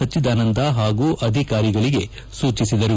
ಸಚ್ಚಿದಾನಂದ ಹಾಗೂ ಅಧಿಕಾರಿಗಳಿಗೆ ಸೂಚಿಸಿದರು